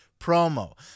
promo